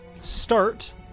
start